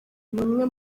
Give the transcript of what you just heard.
umwe